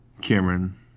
Cameron